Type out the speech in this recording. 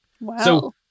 Wow